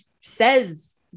says